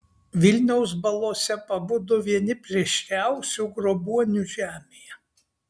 vilniaus balose pabudo vieni plėšriausių grobuonių žemėje